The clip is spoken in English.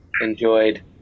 enjoyed